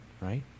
right